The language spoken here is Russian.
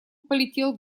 полетел